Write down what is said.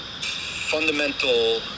fundamental